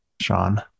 sean